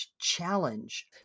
challenge